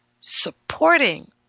supporting